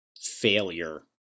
failure